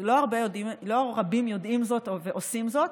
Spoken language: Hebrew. לא רבים יודעים זאת ועושים זאת,